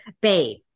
babe